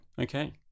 Okay